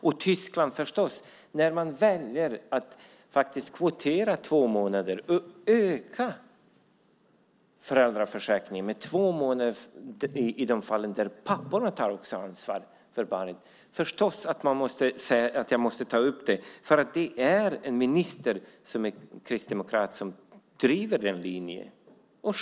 I Tyskland väljer man att kvotera två månader och öka föräldraförsäkringen med två månader i de fall där papporna också tar ansvar för barnet. Jag måste ta upp det eftersom det är en minister som är kristdemokrat som driver den linjen.